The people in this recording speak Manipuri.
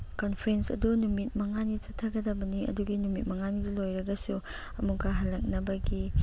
ꯀꯟꯐ꯭ꯔꯦꯟꯁ ꯑꯗꯨ ꯅꯨꯃꯤꯠ ꯃꯉꯥꯅꯤ ꯆꯠꯊꯒꯗꯕꯅꯦ ꯑꯗꯨꯒꯤ ꯅꯨꯃꯤꯠ ꯃꯉꯥꯅꯤꯗꯣ ꯂꯣꯏꯔꯒꯁꯨ ꯑꯃꯨꯛꯀ ꯍꯜꯂꯛꯅꯕꯒꯤ